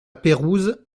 pérouse